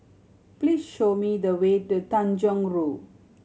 please show me the way to Tanjong Rhu